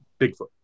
Bigfoot